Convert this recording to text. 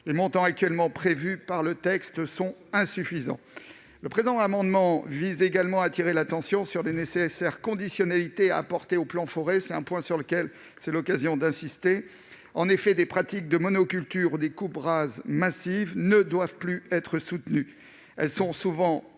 les montants actuellement prévus par le texte sont insuffisants. Le présent amendement vise également à appeler l'attention sur les nécessaires conditionnalités à apporter au plan Forêt. C'est un point sur lequel je veux insister. En effet, des pratiques de monoculture ou des coupes rases massives ne doivent plus être soutenues. Elles sont souvent